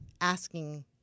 asking